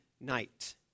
night